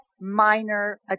minor